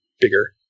bigger